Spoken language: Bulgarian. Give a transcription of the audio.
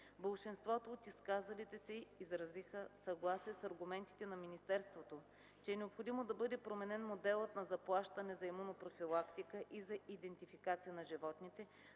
Болшинството от изказалите се изразиха съгласие с аргументите на министерството, че е необходимо да бъде променен моделът на заплащане за имунопрофилактика и за идентификация на животните,